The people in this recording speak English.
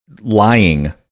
lying